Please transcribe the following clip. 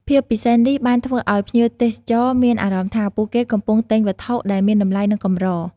ភាពពិសេសនេះបានធ្វើឲ្យភ្ញៀវទេសចរមានអារម្មណ៍ថា ពួកគេកំពុងទិញវត្ថុដែលមានតម្លៃ និងកម្រ។